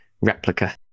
replica